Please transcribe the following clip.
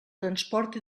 transport